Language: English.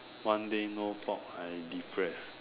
one day no pork I depress